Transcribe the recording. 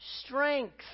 strength